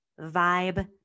vibe